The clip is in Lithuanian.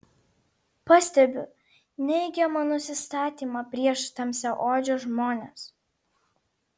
pastebiu neigiamą nusistatymą prieš tamsiaodžius žmones